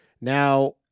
Now